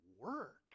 work